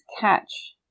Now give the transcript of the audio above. catch